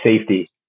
safety